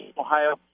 Ohio